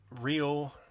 real